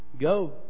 Go